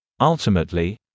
Ultimately